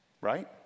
Right